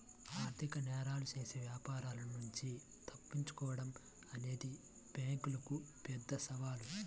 ఆర్థిక నేరాలు చేసే వ్యాపారుల నుంచి తప్పించుకోడం అనేది బ్యేంకులకు పెద్ద సవాలు